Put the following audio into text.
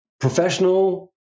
professional